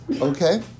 Okay